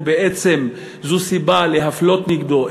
זו בעצם סיבה להפליה נגדו,